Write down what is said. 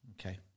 Okay